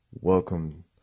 welcome